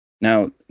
Now